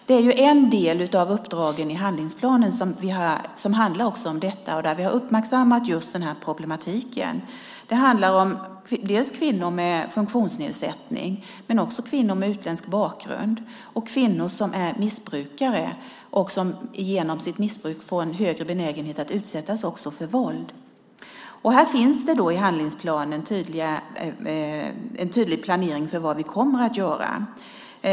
Det är en del av uppdragen i handlingsplanen som handlar om detta, och vi har uppmärksammat den här problematiken. Det handlar om kvinnor med funktionsnedsättning men också kvinnor med utländsk bakgrund och kvinnor som är missbrukare och som genom sitt missbruk får en högre benägenhet att utsättas för våld. Här finns det i handlingsplanen en tydlig planering för vad vi kommer att göra.